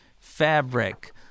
Fabric